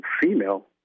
female